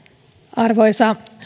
arvoisa